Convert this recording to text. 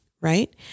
right